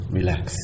relax